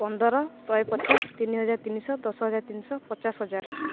ପନ୍ଦର ଶହେ ପଚାଶ ତିନି ହଜାର ତିନିଶହ ଦଶହଜାର ତିନିଶହ ପଚାଶ ହଜାର